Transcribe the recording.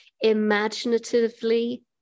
imaginatively